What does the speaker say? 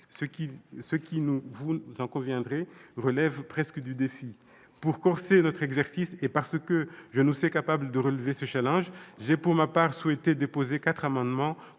ce qui, vous en conviendrez, relève presque du défi. Pour corser encore notre exercice, et parce que je nous sais capables de relever ce défi, j'ai souhaité déposer quatre amendements